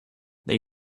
they